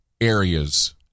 areas